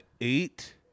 eight